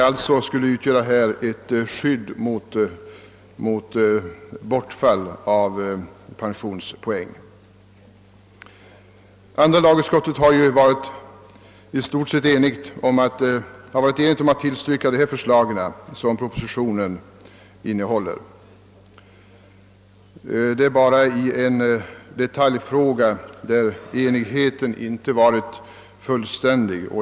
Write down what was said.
Man skulle alltså få ett skydd mot bortfall av pensionspoäng. Andra lagutskottets ledamöter har i stort sett varit eniga om att tillstyrka de förslag som propositionen innehåller. Endast beträffande en detaljfråga har enigheten inte varit fullständig.